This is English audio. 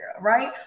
right